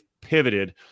pivoted